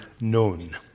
known